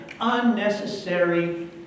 unnecessary